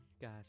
guys